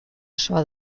osoa